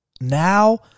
Now